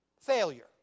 Failure